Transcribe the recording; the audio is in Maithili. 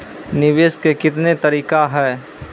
निवेश के कितने तरीका हैं?